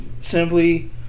Simply